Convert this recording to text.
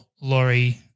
Laurie